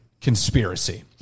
Conspiracy